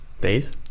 Days